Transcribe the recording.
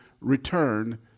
return